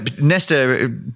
Nesta